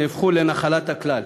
נהפכו לנחלת הכלל,